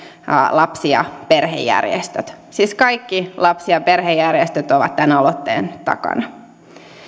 lapsi ja perhejärjestöt siis kaikki lapsi ja perhejärjestöt ovat tämän aloitteen takana